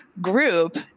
group